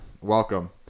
welcome